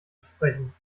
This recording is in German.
durchbrechen